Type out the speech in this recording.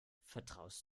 vertraust